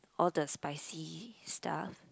all the spicy stuff